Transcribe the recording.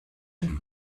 und